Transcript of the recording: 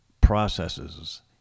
processes